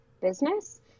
business